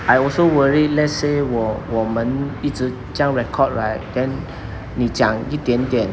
I also worry let's say 我我们一直这样 record right then 你讲一点点